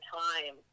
time